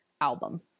album